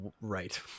right